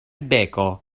beko